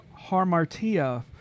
harmartia